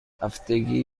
هفتگی